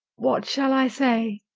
what shall i say?